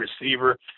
receiver